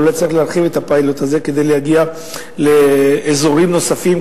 אולי צריך להרחיב את הפיילוט הזה כדי להגיע לאזורים נוספים,